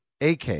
AK